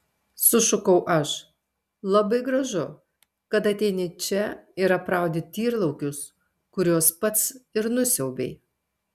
sušukau aš labai gražu kad ateini čia ir apraudi tyrlaukius kuriuos pats ir nusiaubei